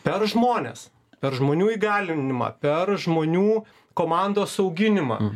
per žmones per žmonių įgalinimą per žmonių komandos auginimą